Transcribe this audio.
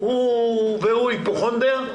הוא היפוכונדר,